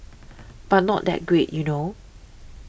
but not that great you know